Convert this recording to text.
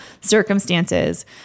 circumstances